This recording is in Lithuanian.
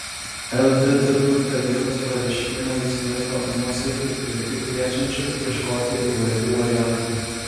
lddp tarybos pareiškimą jis laiko nuosaikiu ir tik kviečiančiu ieškoti įvairių variantų